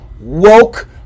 woke